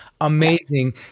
Amazing